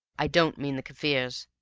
i don't mean the kaffirs.